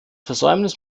versäumnis